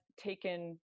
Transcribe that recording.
taken